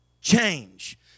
change